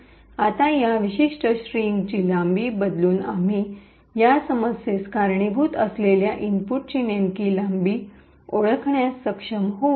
आता या विशिष्ट स्ट्रिंगची लांबी बदलून आम्ही या समस्येस कारणीभूत असलेल्या इनपुटची नेमकी लांबी ओळखण्यास सक्षम होऊ